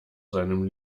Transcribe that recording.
seinem